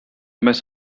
mess